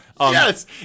Yes